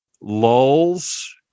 lulls